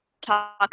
talk